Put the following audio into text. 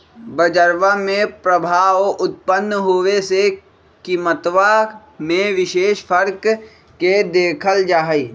बजरवा में प्रभाव उत्पन्न होवे से कीमतवा में विशेष फर्क के देखल जाहई